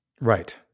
right